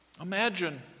Imagine